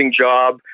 job